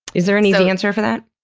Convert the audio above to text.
is there an easy answer for that?